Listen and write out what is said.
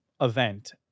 event